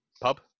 pub